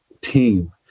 team